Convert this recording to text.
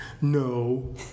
No